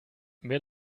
mir